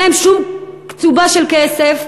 אין להם שום קצובה של כסף.